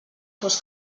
fos